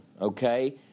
okay